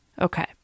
Okay